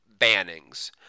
bannings